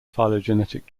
phylogenetic